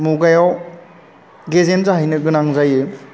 मुगायाव गेजेन जाहैनो गोनां जायो